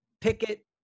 picket